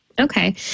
Okay